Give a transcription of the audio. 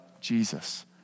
Jesus